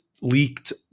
leaked